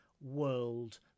world